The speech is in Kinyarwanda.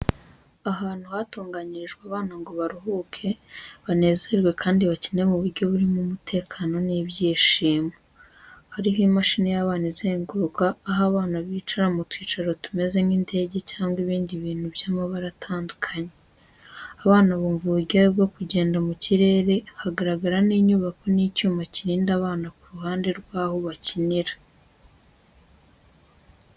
Ahantu hatunganyirijwe abana ngo baruhuke, banezerwe kandi bakine mu buryo burimo umutekano n'ibyishimo. Hariho imashini y'abana izenguruka, aho abana bicara mu twicaro tumeze nk’indege cyangwa ibindi bintu by’amabara atandukanye. Abana bumva uburyohe bwo kugenda mu kirere, hagaragara n’inyubako n’icyuma kirinda abana ku ruhande rw’aho bakinira.